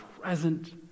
present